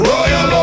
Royal